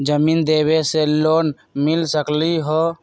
जमीन देवे से लोन मिल सकलइ ह?